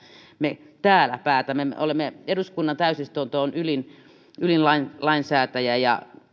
me täällä päätämme eduskunnan täysistunto on ylin ylin lainsäätäjä ja